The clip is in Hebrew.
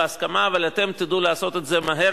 אבל, כמובן, המפתח זה "תיקון מס' 4". היות